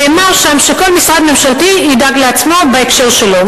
נאמר שם שכל משרד ממשלתי ידאג לעצמו בהקשר שלו: